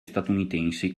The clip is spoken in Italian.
statunitensi